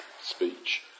speech